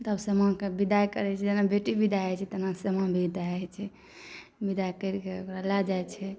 जब सामाके विदाइ करै छै जेना बेटी विदाइ होइ छै तहिना सामा भी विदाई होइ छै विदाइ करके ओकरा लअ जाइ छै